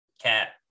Cat